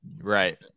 Right